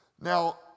Now